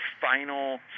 final